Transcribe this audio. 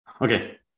Okay